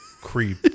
creep